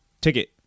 ticket